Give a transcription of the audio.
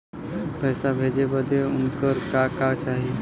पैसा भेजे बदे उनकर का का चाही?